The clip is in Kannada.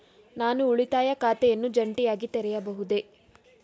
ನಾನು ಉಳಿತಾಯ ಖಾತೆಯನ್ನು ಜಂಟಿಯಾಗಿ ತೆರೆಯಬಹುದೇ?